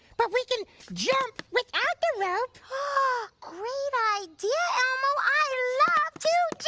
but we can jump without the rope. ah great idea, elmo! i love to